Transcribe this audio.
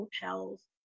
hotels